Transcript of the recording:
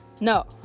no